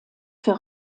für